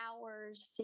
hours